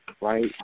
right